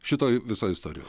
šitoj visoj istorijoj